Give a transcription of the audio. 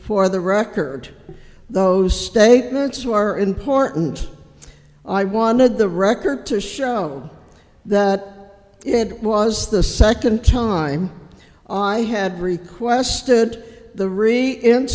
for the record those statements were are important i wanted the record to show that it was the second time i had requested the